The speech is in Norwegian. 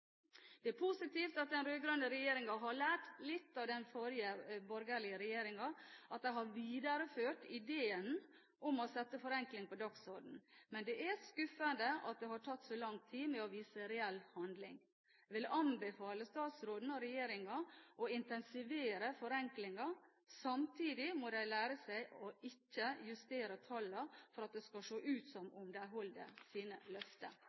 Det er positivt at den rød-grønne regjeringen har lært litt av den forrige borgerlige regjeringen og har videreført ideen om å sette forenkling på dagsordenen, men det er skuffende at det har tatt så lang tid å vise reell handling. Jeg vil anbefale statsråden og regjeringen å intensivere forenklingen. Samtidig må de lære seg ikke å justere tallene for at det skal se ut som om de holder sine løfter.